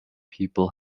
people